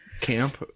camp